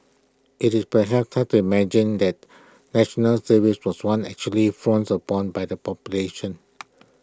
IT is perhaps hard to imagine that National Service was once actually frowned upon by the population